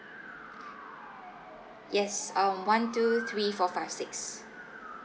yes um one two three four five six